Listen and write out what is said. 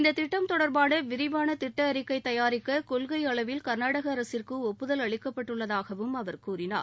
இந்த திட்டம் தொடர்பான விரிவான திட்ட அறிக்கை தயாரிக்க கொள்கை அளவில் கர்நாடக அரசிற்கு ஒப்புதல் அளிக்கப்பட்டுள்ளதாகவும் அவர் கூறினார்